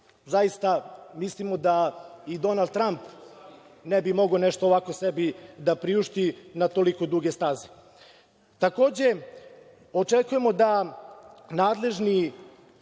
Zaista mislimo da ni Donald Tramp ne bi mogao ovako nešto sebi da priušti na toliko duge staze. Takođe, očekujemo da nadležni